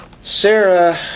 Sarah